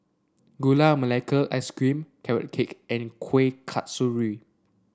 Gula Melaka Ice Cream Carrot Cake and Kueh Kasturi